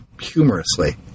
humorously